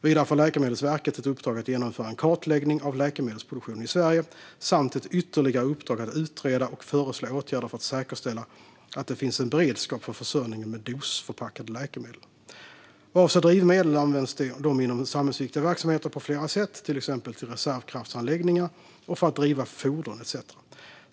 Vidare får Läkemedelsverket ett uppdrag att genomföra en kartläggning av läkemedelsproduktionen i Sverige samt ett ytterligare uppdrag att utreda och föreslå åtgärder för att säkerställa att det finns en beredskap för försörjningen med dosförpackade läkemedel. Vad avser drivmedel används de inom samhällsviktiga verksamheter på flera sätt, till exempel till reservkraftsanläggningar och för att driva fordon etcetera.